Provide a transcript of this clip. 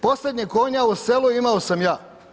Posljednjeg konja u selu imao sam ja.